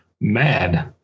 mad